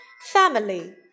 Family